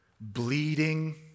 bleeding